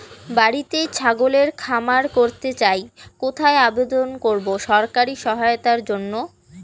বাতিতেই ছাগলের খামার করতে চাই কোথায় আবেদন করব সরকারি সহায়তার জন্য?